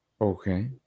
okay